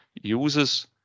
uses